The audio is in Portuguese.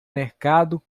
mercado